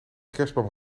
kerstboom